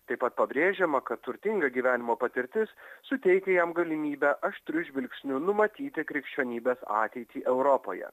taip pat pabrėžiama kad turtinga gyvenimo patirtis suteikia jam galimybę aštriu žvilgsniu numatyti krikščionybės ateitį europoje